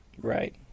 Right